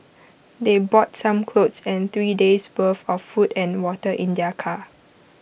they brought some clothes and three days' worth of food and water in their car